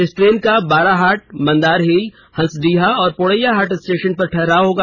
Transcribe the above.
इस ट्रेन का बाराहाट मंदार हिल हंसडीहा और पोड़ैयाहाट स्टेशन पर ठहराव होगा